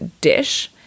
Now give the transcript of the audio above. dish